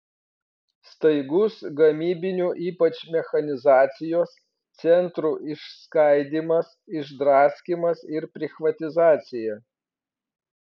staigus gamybinių ypač mechanizacijos centrų išskaidymas išdraskymas ir prichvatizacija